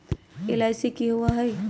LIC की होअ हई?